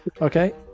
okay